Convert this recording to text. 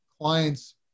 clients